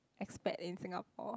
expat in Singapore